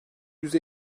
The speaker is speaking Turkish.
yüz